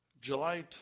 July